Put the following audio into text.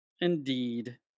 indeed